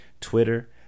Twitter